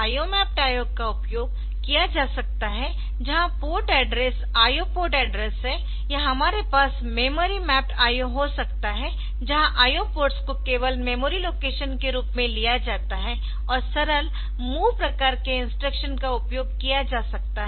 IO mapped IO का उपयोग किया जा सकता है जहां port address IO port address है या हमारे पास मेमोरी मैप्ड IO हो सकता है जहाँ IO पोर्ट्स को केवल मेमोरी लोकेशन के रूप में लिया जाता है और सरल MOV प्रकार के इंस्ट्रक्शंस का उपयोग किया जा सकता है